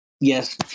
yes